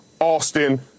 Austin